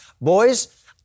boys